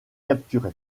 capturé